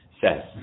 says